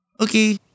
Okay